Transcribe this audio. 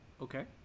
Okay